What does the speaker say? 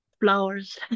flowers